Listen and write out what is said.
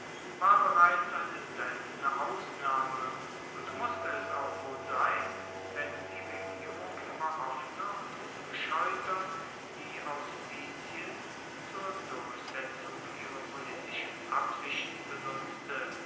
war bereits eine seltene ausnahme und musste es auch wohl sein wenn die regierung immer offener und ungescheuter die auspizien zur durchsetzung ihrer politischen absichten benutzte